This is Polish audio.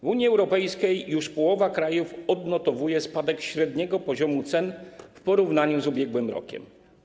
W Unii Europejskiej już połowa krajów odnotowuje spadek średniego poziomu cen w porównaniu z ubiegłym rokiem.